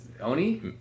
Oni